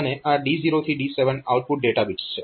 અને આ D0 થી D7 આઉટપુટ ડેટા બીટ્સ છે